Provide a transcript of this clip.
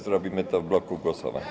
Zrobimy to w bloku głosowań.